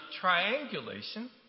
triangulation